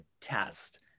test